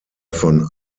von